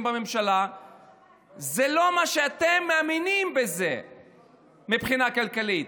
בממשלה זה לא מה שאתם מאמינים בו מבחינה כלכלית.